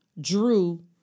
drew